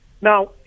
now